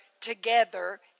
together